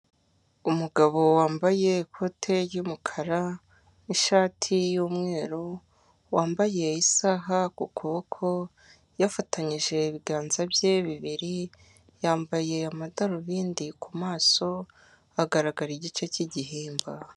Umugabo wambaye ikote ry'umukara n'ishati y'umweru wambaye isaha ku kuboko yafatanyije ibiganza bye bibiri yambaye amadarubindi ku maso agaragara igice cy'igihimba.